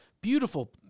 beautiful